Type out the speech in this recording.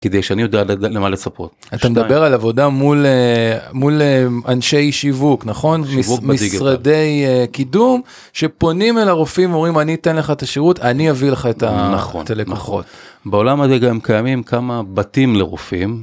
כדי שאני יודע למה לצפות. אתה מדבר על עבודה מול אנשי שיווק, נכון? שיווק בדיגיטל. מול משרדי קידום שפונים אל הרופאים ואומרים אני אתן לך את השירות, אני אביא לך את ה... נכון, נכון. בעולם הזה גם קיימים כמה בתים לרופאים.